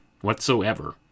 whatsoever